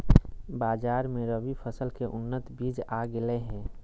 बाजार मे रबी फसल के उन्नत बीज आ गेलय हें